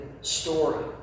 story